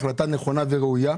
החלטה נכונה וראויה.